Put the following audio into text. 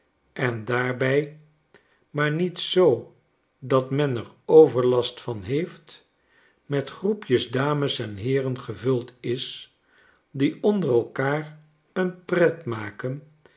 zoo dat men er overlast van heeft met groepjes dames en heeren gevuld is die onder elkaar een pret maken